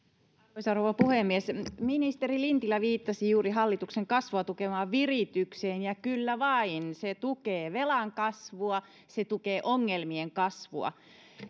arvoisa rouva puhemies ministeri lintilä viittasi juuri hallituksen kasvua tukevaan viritykseen ja kyllä vain se tukee velan kasvua se tukee ongelmien kasvua